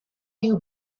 you